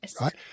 right